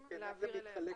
צריכים להעביר אליהם.